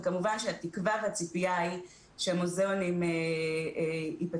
וכמובן שהתקווה והציפייה היא שהמוזיאונים יפתחו.